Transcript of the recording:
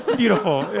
beautiful.